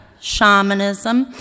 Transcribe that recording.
shamanism